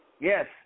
Yes